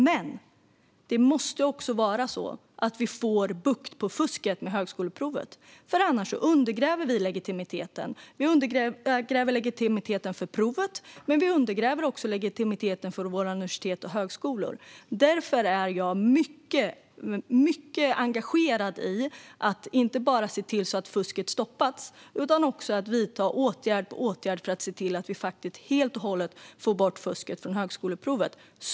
Men det måste också vara så att vi får bukt med fusket på högskoleprovet. Annars undergräver vi legitimiteten inte bara för provet utan också för våra universitet och högskolor. Därför är jag mycket engagerad i att se till att fusket stoppas, att vidta åtgärd på åtgärd för att se till att vi helt och hållet får bort fusket från högskoleprovet.